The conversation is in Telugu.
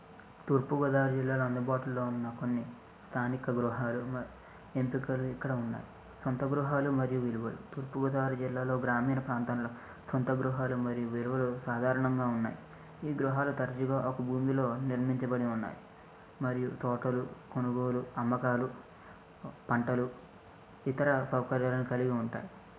తూర్పుగోదావరి జిల్లాలో అందుబాటులో ఉన్న కొన్ని స్థానిక గృహాలు మ ఎంపికలు ఇక్కడ ఉన్నాయి సొంత గృహాలు మరియు విలువలు తూర్పుగోదావరి జిల్లాలో గ్రామీణ ప్రాంతాలలో సొంత గృహాలు మరియు విలువలు సాధారణంగా ఉన్నాయి ఈ గృహాలు తరచుగా ఒక భూమిలో నిర్మించబడి ఉన్నాయి మరియు తోటలు కొనుగోలు అమ్మకాలు పంటలు ఇతర సౌకర్యాలను కలిగి ఉంటాయి